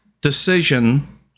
decision